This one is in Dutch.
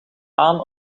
aan